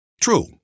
True